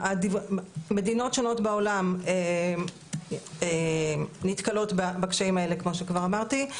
מדינות שונות בעולם נתקלות בקשיים האלה כמו שכבר אמרתי.